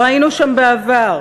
לא היינו שם בעבר.